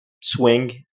swing